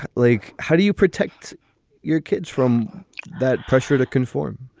like, how do you protect your kids from that pressure to conform?